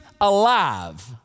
alive